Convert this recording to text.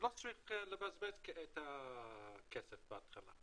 שלא צריך לבזבז את הכסף בהתחלה,